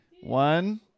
One